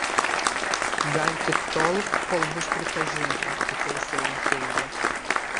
gal tik tol kol bus pripažinta pataisė jį heile